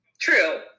true